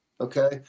Okay